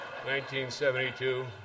1972